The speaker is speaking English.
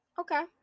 Okay